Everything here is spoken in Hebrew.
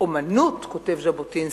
"אמנות", כותב ז'בוטינסקי,